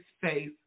face